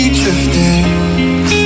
drifting